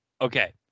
Okay